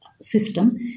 system